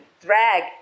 drag